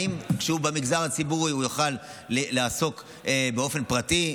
האם כשהוא במגזר הציבורי הוא יוכל לעסוק בזה באופן פרטי?